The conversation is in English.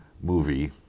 movie